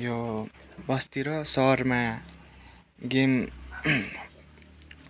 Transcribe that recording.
यो बस्ती र सहरमा गेम